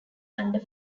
under